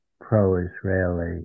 pro-Israeli